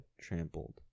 trampled